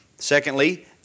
Secondly